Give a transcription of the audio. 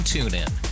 TuneIn